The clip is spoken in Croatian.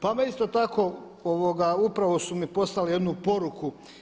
Pa me isto tako, upravo su mi poslali jednu poruku.